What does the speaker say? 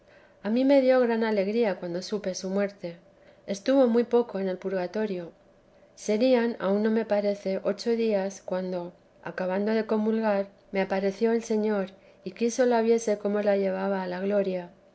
a mí me dio gran alegría cuando supe su muerte estuvo muy poco en el purgatorio serían aún no me parece ocho días cuando acabando de comulgar me apareció el señor y quiso la viese cómo la llevaba a la gloria